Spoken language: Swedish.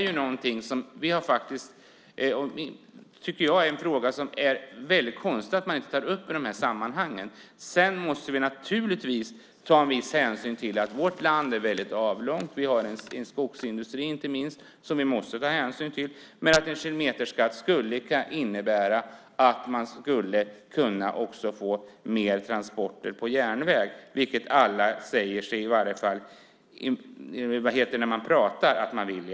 Jag tycker att det är väldigt konstigt att man inte tar upp den frågan i dessa sammanhang. Sedan måste vi naturligtvis ta en viss hänsyn till att vårt land är väldigt avlångt. Vi har inte minst en skogsindustri som vi måste ta hänsyn till. Men en kilometerskatt skulle kunna innebära att man också får mer transporter på järnväg, vilket alla i alla fall säger sig vilja ha.